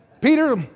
Peter